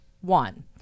one